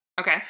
Okay